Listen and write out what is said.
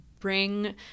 bring